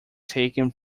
taken